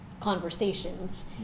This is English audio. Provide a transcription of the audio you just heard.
conversations